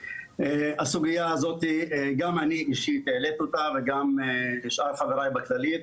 לגבי הסוגיה הזו גם אני אישית הצפתי אותה וגם שאר חבריי בכללית,